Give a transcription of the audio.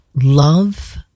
love